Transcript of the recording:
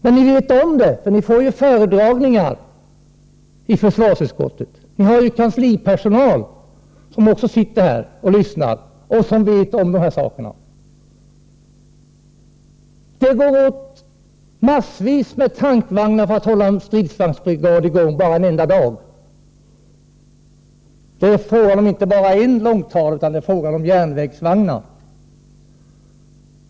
Men ni vet om det, för ni får ju föredragningar i försvarsutskottet, och ni har ju kanslipersonal som också sitter här och lyssnar och som känner till dessa saker. Det går åt massvis med tankvagnar för att hålla en stridsvagnsbrigad i gång bara en enda dag. Det är inte fråga om bara en långtradare, utan det är fråga om järnvägsvagnar.